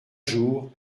jours